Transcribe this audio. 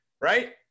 Right